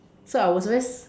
so I was very sur~